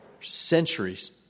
centuries